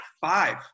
five